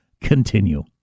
continue